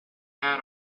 had